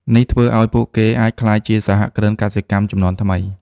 នេះធ្វើឱ្យពួកគេអាចក្លាយជាសហគ្រិនកសិកម្មជំនាន់ថ្មី។